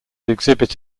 exhibit